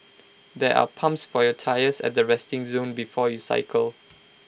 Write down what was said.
there are pumps for your tyres at the resting zone before you cycle